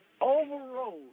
overrode